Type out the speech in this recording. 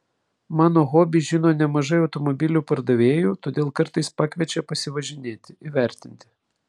mano hobį žino nemažai automobilių pardavėjų todėl kartais pakviečia pasivažinėti įvertinti